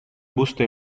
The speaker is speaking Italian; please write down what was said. busto